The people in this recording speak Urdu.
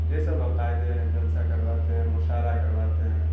یہ سب عقائد ہیں جلسہ کرواتے ہیں مشاعرہ کرواتے ہیں